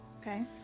Okay